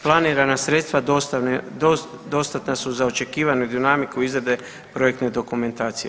Planirana sredstva dostatna su za očekivanu dinamiku izrade projektne dokumentacije.